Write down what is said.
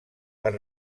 per